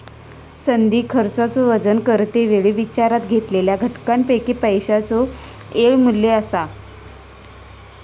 संधी खर्चाचो वजन करते वेळी विचारात घेतलेल्या घटकांपैकी पैशाचो येळ मू्ल्य असा